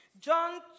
John